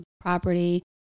property